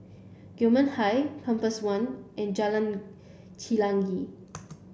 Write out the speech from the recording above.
Gillman Height Compass One and Jalan Chelagi